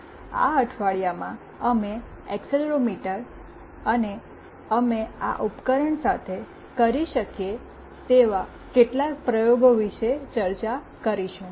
આ અઠવાડિયામાં અમે એક્સેલેરોમીટર અને આ ઉપકરણ સાથે કરી શકીએ તેવા કેટલાક પ્રયોગો વિશે ચર્ચા કરીશું